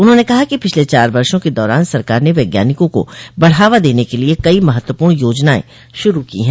उन्होंने कहा कि पिछले चार वर्षो के दौरान सरकार ने वैज्ञानिकों को बढ़ावा देने के लिए कई महत्वपूर्ण योजनाएं शुरू की है